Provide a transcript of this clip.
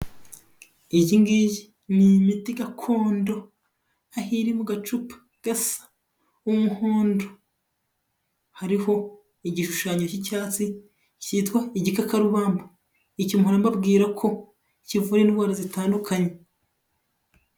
Iyi ngiyi ni imiti gakondo, aho iri mu gacupa gasa umuhondo. Hariho igishushanyo cy'icyatsi cyitwa igikakarubamba icyo mpora mbabwira ko kivura indwara zitandukanye.